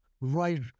right